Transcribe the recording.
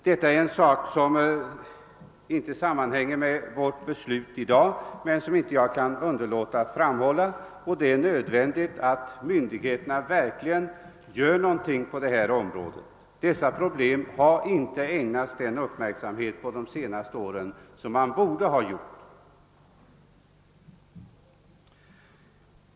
Detta är en sak som inte har direkt samband med vad vi i dag skall besluta om, men jag har inte kunnat underlåta att framhålla, att det är nödvändigt, att myndigheterna verkligen gör någonting åt detta förhållande. Dessa problem har under de senaste åren inte ägnats den uppmärksamhet som de förtjänar.